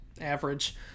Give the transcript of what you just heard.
average